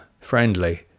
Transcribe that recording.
friendly